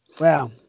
Wow